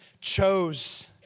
chose